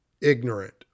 ignorant